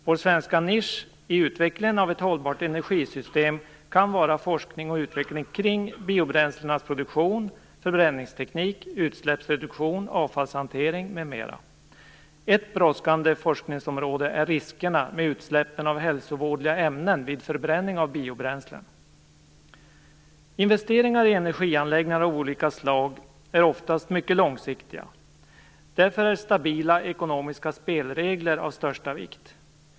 Vår svenska nisch i utvecklingen av ett hållbart energisystem kan vara forskning och utveckling kring biobränslenas produktion, förbränningsteknik, utsläppsreduktion, avfallshantering m.m. Ett brådskande forskningsområde är riskerna med utsläppen av hälsovådliga ämnen vid förbränning av biobränslen. Investeringar i energianläggningar av olika slag är oftast mycket långsiktiga. Därför är stabila ekonomiska spelregler av största vikt.